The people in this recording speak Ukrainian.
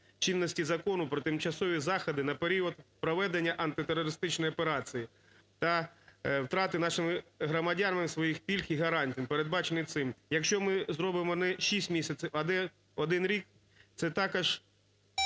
чинності Закону "Про тимчасові заходи на період проведення антитерористичної операції" та втрати нашими громадянами своїх пільг і гарантій, передбачених цим… Якщо ми зробимо не 6 місяців, а один рік, це також